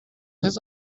his